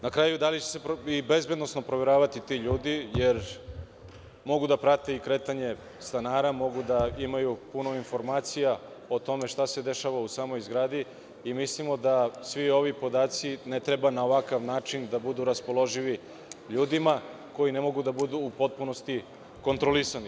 Na kraju, da li će se i bezbednosno proveravati ti ljudi, jer mogu da prate i kretanje stanara, mogu da imaju puno informacija o tome šta se dešava u samoj zgradi i mislimo da svi ovi podaci ne treba na ovakav način da budu raspoloživi ljudima koji ne mogu da budu potpunosti kontrolisani.